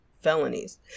felonies